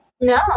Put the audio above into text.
No